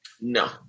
No